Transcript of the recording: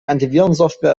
antivirensoftware